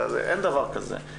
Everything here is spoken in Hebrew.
אין דבר כזה,